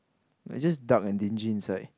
it's just dark and dingy inside